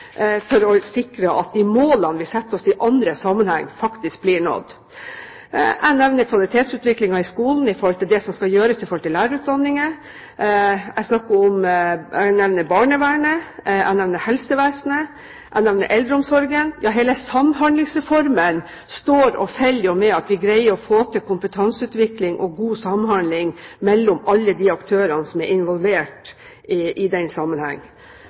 for å sikre at de målene vi setter oss i andre sammenhenger, faktisk blir nådd. Jeg nevner kvalitetsutviklingen i skolen med tanke på det som skal gjøres i forhold til lærerutdanningen, jeg nevner barnevernet, jeg nevner helsevesenet, jeg nevner eldreomsorgen – ja, hele Samhandlingsreformen står og faller med at vi greier å få til kompetanseutvikling og god samhandling mellom alle de aktørene som er involvert i denne sammenheng.